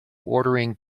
ordering